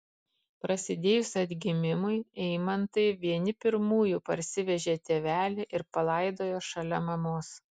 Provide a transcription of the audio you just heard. prasidėjus atgimimui eimantai vieni pirmųjų parsivežė tėvelį ir palaidojo šalia mamos